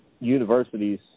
universities